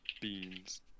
Beans